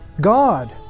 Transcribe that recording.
God